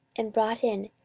and brought in,